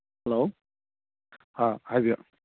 hello ꯑꯥ ꯍꯥꯏꯕꯤꯌꯨ